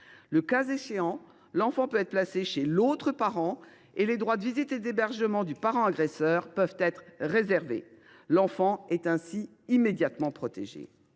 Le cas échéant, l’enfant peut être placé chez l’autre parent et les droits de visite et d’hébergement du parent agresseur peuvent être réservés. L’enfant est ainsi immédiatement protégé.